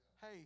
Hey